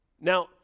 Now